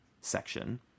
section